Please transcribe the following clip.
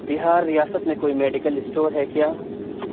بہار ریاست میں کوئی میڈیکل اسٹور ہے کیا